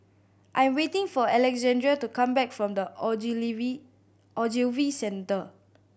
I am waiting for Alexandria to come back from The Ogilvy Centre